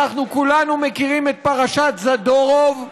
אנחנו כולנו מכירים את פרשת זדורוב.